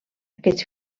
aquests